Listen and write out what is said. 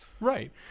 Right